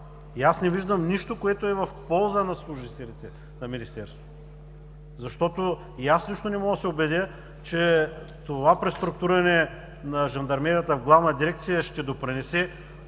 Не виждам нищо, което е в полза на служителите на Министерството. И аз лично не мога да се убедя, че това преструктуриране на Жандармерията в главна дирекция ще допринесе